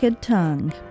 Tongue